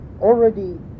already